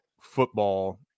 football